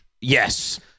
Yes